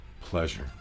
pleasure